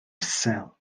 isel